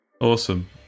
Awesome